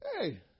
hey